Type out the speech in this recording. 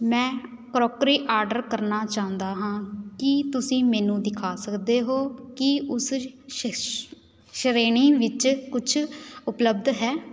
ਮੈਂ crockery order ਕਰਨਾ ਚਾਹੁੰਦਾ ਹਾਂ ਕੀ ਤੁਸੀਂ ਮੈਨੂੰ ਦਿਖਾ ਸਕਦੇ ਹੋ ਕਿ ਉਸ ਸ਼ ਸ਼੍ਰੇਣੀ ਵਿੱਚ ਕੁਛ ਉਪਲਬਧ ਹੈ